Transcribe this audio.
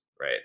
right